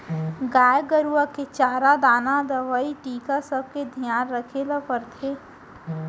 गाय गरूवा के चारा दाना, दवई, टीका सबके धियान रखे ल परथे